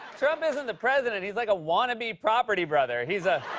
trump isn't the president. he's like a wannabe property brother. he's a